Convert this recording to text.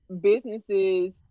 businesses